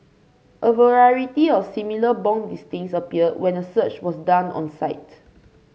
a variety of similar bong listings appeared when a search was done on the site